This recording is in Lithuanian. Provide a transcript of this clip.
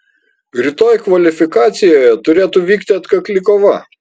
rytoj kvalifikacijoje turėtų vykti atkakli kova